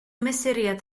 mesuriad